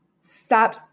stop